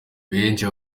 benshi